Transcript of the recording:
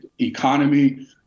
economy